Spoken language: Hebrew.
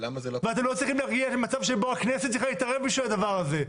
ואתם לא צריכים להגיע למצב שבו הכנסת צריכה להתערב בשביל הדבר הזה.